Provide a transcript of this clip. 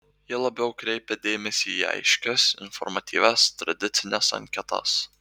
jie labiau kreipia dėmesį į aiškias informatyvias tradicines anketas